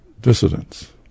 dissidents